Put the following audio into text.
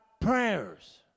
prayers